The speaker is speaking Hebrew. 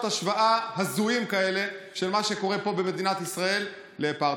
השוואה הזויים כאלה של מה שקורה פה במדינת ישראל לאפרטהייד.